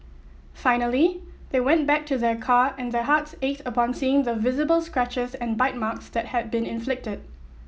finally they went back to their car and their hearts ached upon seeing the visible scratches and bite marks that had been inflicted